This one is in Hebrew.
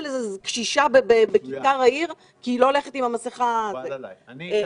איזו קשישה בכיכר העיר כי היא לא הולכת עם המסכה כפי שצריך.